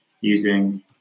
using